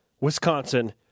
Wisconsin